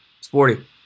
Sporty